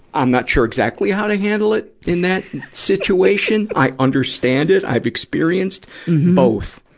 i'm not sure exactly how to handle it in that situation. i understand it i've experienced both,